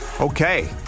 Okay